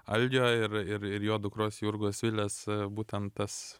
algio ir ir ir jo dukros jurgos vilės būtent tas